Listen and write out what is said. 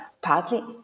partly